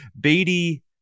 Beatty